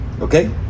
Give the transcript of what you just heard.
Okay